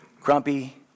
grumpy